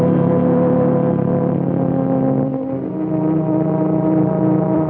or or